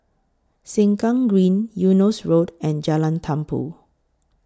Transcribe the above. Sengkang Green Eunos Road and Jalan Tumpu